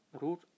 root